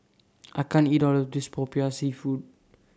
I can't eat All of This Popiah Seafood